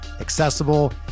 accessible